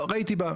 ראיתי.